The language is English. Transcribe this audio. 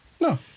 No